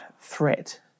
threat